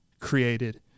created